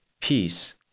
peace